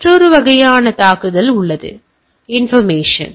மற்றொரு வகையான தாக்குதல் உள்ளது இது இன்டெர்ரப்சன்